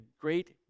great